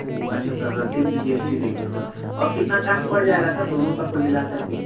अच्छा सर रसीद भी जी एस टी देंगे सर और कितना काष्ट पड़ जाएगा सर दोनों का कुल मिलाकर के